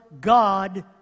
God